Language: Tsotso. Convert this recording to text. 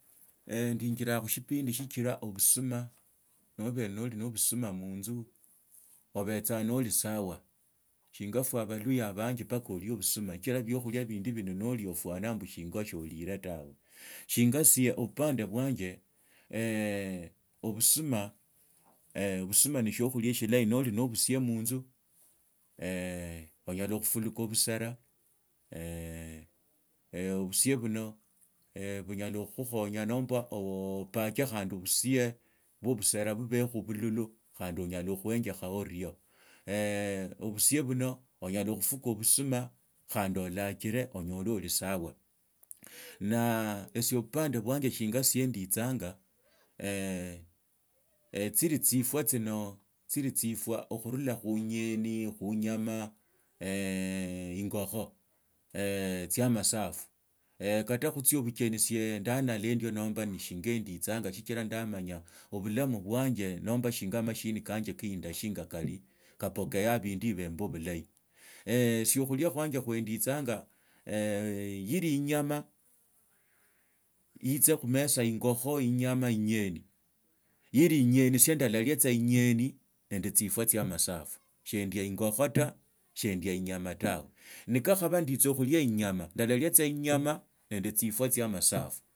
Endiinjiranga khushipindi shina shikiraobusuma nobee noli no obusuma munzu obitsa noli sawa shinga pura aboli abanji mpaka olio obusuma sichiraa bokhulia bindi bino nolio opusanga shinga siolile tawe shingasie obupande busanje obusuma nishokhulia shilohi noli na busie munzu onyala kufiluka busera obsie bwa busera bupekho bululu khandi onyala khuenjekha urie obusie buno onyala khufuka busuma khandi olachire onyole oli sawa na ese obupande businjile shinga nditsanga tsili tsiwa tsino tsili tsa okhururakhu enyeni khunyama ingokho otsia ama kata khutsie bucheni sie ndaanala ndii namba neshingenditsanga shichira ndamanya obulamu bwanje nomba shinya amashini kanje kainda shinga koli kapokaa ebindu ebio mbe bulahi esie khulia kwanje kuse nditsanga yili inyama iitse khumesa ingokho inyama inyeni yili inyeni siandoloriaa tsa inyeni nende tsifuja tsia amasati shendia ingokho taa shendia inyama tawe nikakhaba nditsakhulia inyama ndaralia inyama nende tsifwa tsia amasafu.